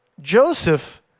Joseph